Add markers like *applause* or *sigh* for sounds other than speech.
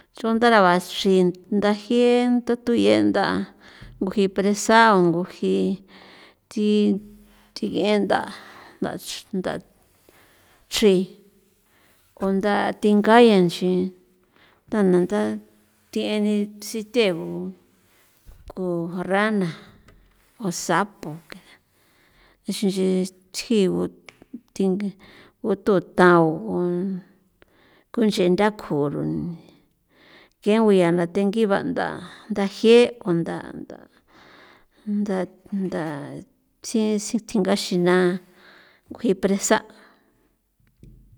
Chundara ba chri ndaji tu tu yenda *noise* nguji presa o nguji thi thig'enda *noise* nda ndachrin o nda thingaya nchi nda na nda thieni sithe *noise* gu rana o sapo *noise* nixin nchi thjigu thingi guto tao kuchenda kjurron ke ngu yaa ndathe ngiva nda ndaje' konda nda nda nda nda tsisin thin gaxinaa nguji presa'.